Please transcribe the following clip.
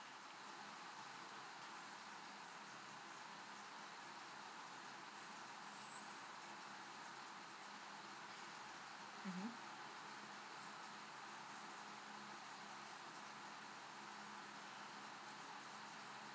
mmhmm